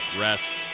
rest